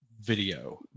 video